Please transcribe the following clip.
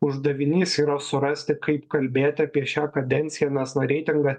uždavinys yra surasti kaip kalbėti apie šią kadenciją nes na reitingą